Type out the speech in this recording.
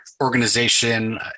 organization